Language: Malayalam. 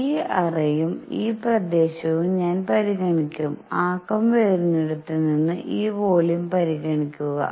ഈ അറയും ഈ പ്രദേശവും ഞാൻ പരിഗണിക്കും ആക്കം വരുന്നിടത്ത് നിന്ന് ഈ വോളിയം പരിഗണിക്കുക